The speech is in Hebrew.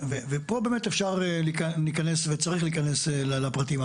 ופה באמת אפשר להיכנס וצריך להיכנס לפרטים.